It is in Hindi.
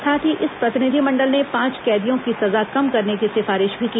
साथ ही इस प्रतिनिधिमंडल ने पांच कैदियों की सजा कम करने की भी सिफारिश की